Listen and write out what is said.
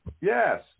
Yes